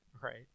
Right